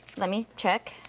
lemme check,